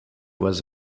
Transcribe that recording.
was